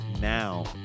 now